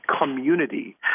community